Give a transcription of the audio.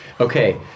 Okay